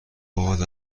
باد